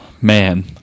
Man